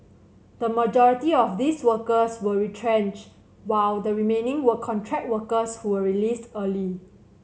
the majority of these workers were retrenched while the remaining were contract workers who were released early